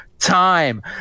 Time